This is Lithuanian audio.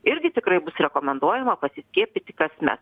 irgi tikrai bus rekomenduojama pasiskiepyti kasmet